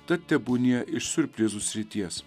tad tebūnie iš siurprizų srities